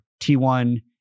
T1